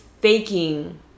faking